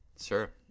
sure